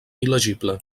il·legible